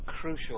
crucial